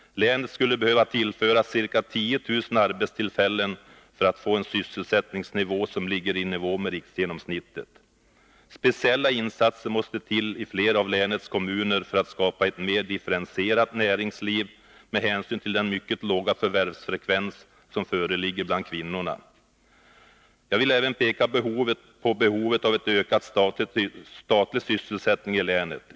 Länet skulle behöva tillföras ca 10000 arbetstillfällen för att få en sysselsättningsnivå som ligger i nivå med riksgenomsnittet. Speciella insatser måste till i fler av länets kommuner för att skapa ett mer differentierat näringsliv med hänsyn till den mycket låga förvärvsfrekvens som föreligger bland kvinnorna. Jag vill även peka på behovet av en ökad statlig sysselsättning i länet.